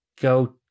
go